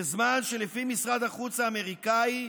בזמן שלפי משרד החוץ האמריקאי,